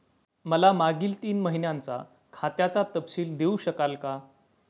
मला मागील तीन महिन्यांचा खात्याचा तपशील देऊ शकाल का?